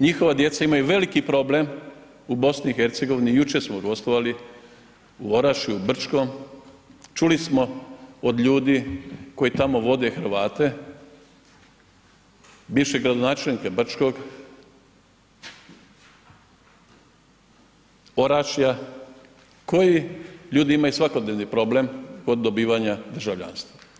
njihova djeca imaju veliki problem u BiH, jučer smo gostovali u Orašju, Brčkom, čuli smo od ljudi koji tamo vode Hrvate, bivšeg gradonačelnika Brčkog, Orašja koji ljudi imaju svakodnevni problem kod dobivanja državljanstva.